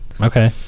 okay